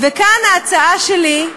וכאן ההצעה שלי,